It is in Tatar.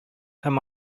һәм